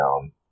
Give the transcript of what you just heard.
down